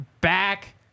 back